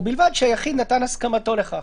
ובלבד שהיחיד נתן הסכמתו לכך.